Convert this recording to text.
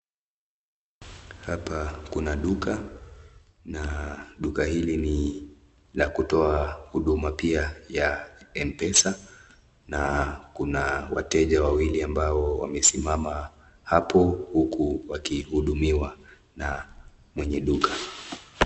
Hapa kuna duka na duka hili ni la kutoa huduma pia ya M-Pesa na kuna wateja wawili ambao wamesimama hapo huku wakihudumiwa na mwenye duka.